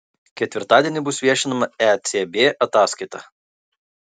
ketvirtadienį bus viešinama ecb ataskaita